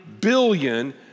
billion